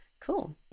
Cool